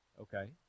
Okay